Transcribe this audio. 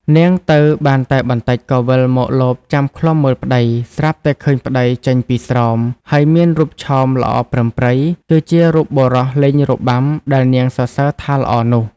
នាងទៅបានតែបន្ដិចក៏វិលមកលបចាំឃ្លាំមើលប្ដី ស្រាប់តែឃើញប្ដីចេញពីស្រោម ហើយមានរូបឆោមល្អប្រិមប្រិយ គឺជារូបបុរសលេងរបាំដែលនាងសរសើរថាល្អនោះ។